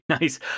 Nice